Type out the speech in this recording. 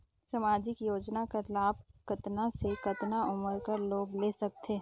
समाजिक योजना कर लाभ कतना से कतना उमर कर लोग ले सकथे?